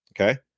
Okay